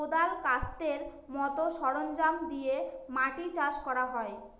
কোঁদাল, কাস্তের মতো সরঞ্জাম দিয়ে মাটি চাষ করা হয়